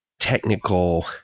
technical